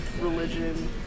religion